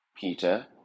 peter